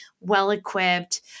well-equipped